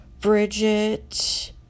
Bridget